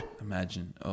Imagine